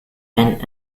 and